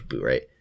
right